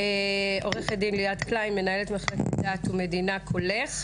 עו"ד ליאת קליין, מנהלת מחלקת דת ומדינה קולך.